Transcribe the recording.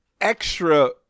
extra